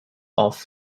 off